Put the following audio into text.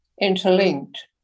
interlinked